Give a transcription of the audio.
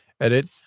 Edit